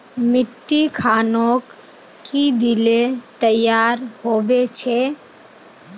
मिट्टी खानोक की दिले तैयार होबे छै?